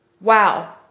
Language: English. Wow